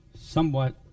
somewhat